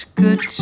good